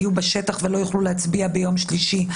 יהיו בשטח ולא יוכלו להצביע ביום שלישי.